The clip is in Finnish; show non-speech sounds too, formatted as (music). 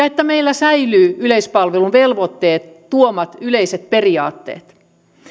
(unintelligible) että meillä säilyvät yleispalveluvelvoitteen tuomat yleiset periaatteet